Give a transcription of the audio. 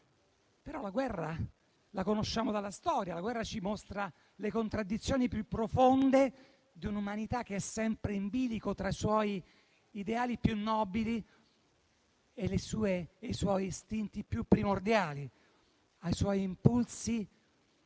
guerra però la conosciamo dalla storia e ci mostra le contraddizioni più profonde di un'umanità che è sempre in bilico tra i suoi ideali più nobili e i suoi istinti più primordiali, i suoi impulsi